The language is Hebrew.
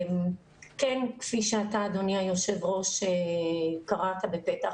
כן, כפי שאתה אדוני היושב ראש קראת בפתח